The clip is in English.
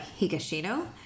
Higashino